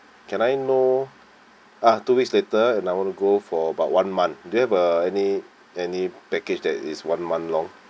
can I know ah two weeks later and I want to go for about one month do you have uh any any package that is one month long